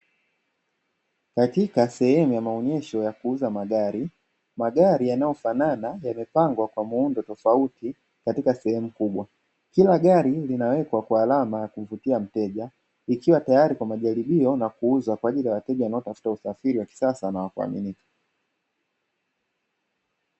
Katika sehemu ya maonyesho ya kuuza magari, magari yanayofanana yamepangwa kwa muundo tofauti katika sehemu kubwa, kila gari linawekwa kwa alama ya kumvutia mteja, ikiwa tayari kwa majaribio na kuuza kwaajili ya wateja wanao tafuta usafiri wa kisasa na wa kuaminika.